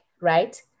right